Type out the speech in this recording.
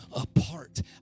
apart